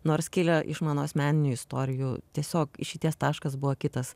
nors kilę iš mano asmeninių istorijų tiesiog išeities taškas buvo kitas